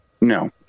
No